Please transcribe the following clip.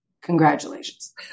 congratulations